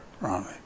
Romney